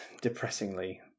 depressingly